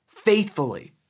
Faithfully